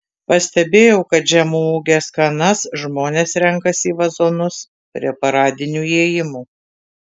pastebėjau kad žemaūges kanas žmonės renkasi į vazonus prie paradinių įėjimų